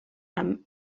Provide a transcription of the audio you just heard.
amb